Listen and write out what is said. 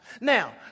Now